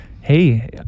hey